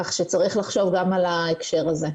כך שצריך לחשוב גם על ההקשר הזה.